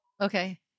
Okay